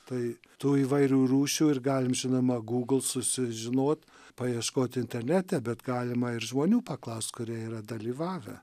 tai tu įvairių rūšių ir galim žinoma google susižinot paieškot internete bet galima ir žmonių paklaust kurie yra dalyvavę